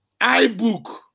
iBook